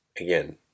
again